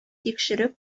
тикшереп